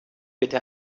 bitte